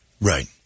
right